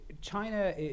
China